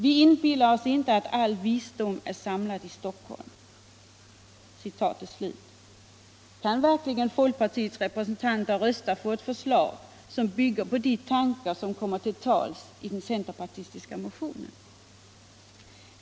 Vi inbillar oss inte att all visdom är samlad i Stockholm.” Kan verkligen folkpartiets representanter rösta för ett förslag som bygger på de tankar som kommer till uttryck i den centerpartistiska motionen?